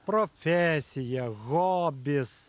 profesija hobis